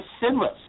sinless